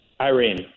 Irene